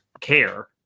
care